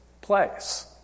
place